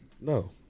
No